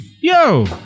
Yo